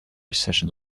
sessions